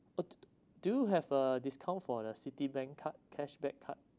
oh d~ d~ do have a discount for the citibank card cashback card